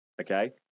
Okay